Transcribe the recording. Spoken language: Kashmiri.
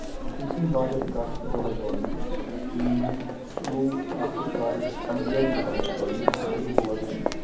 تٔمۍ سٕندۍ واریاہ رِکاڈ چھُس بہٕ دُہٕے بوزان یِمن منٛز سلوٗک چُھ اکھ رکاڈ یُس پنجٲبی چھُ اٮ۪کچُول مے سُہ چھُس بہٕ بوزان